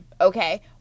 okay